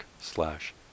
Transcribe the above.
slash